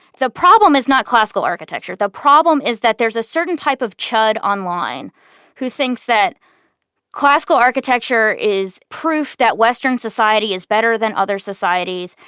the problem is not classical architecture. the problem is that there's a certain type of chud online who thinks that classical architecture is proof that western society is better than other societies.